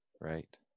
Right